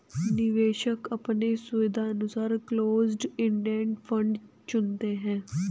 निवेशक अपने सुविधानुसार क्लोस्ड इंडेड फंड चुनते है